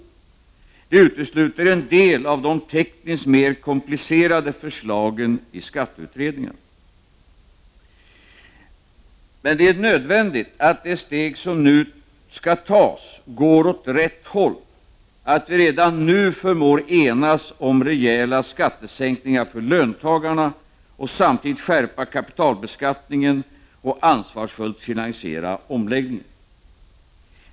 Det utesluter vissa av de tekniskt mer komplicerade förslagen i skatteutredningen. Men det är nödvändigt att de steg som nu skall tas går åt rätt håll, att vi redan nu förmår att enas om rejäla skattesänkningar för löntagarna samtidigt som kapitalbeskattningen skärps och omläggningen finansieras på ett ansvarsfullt sätt.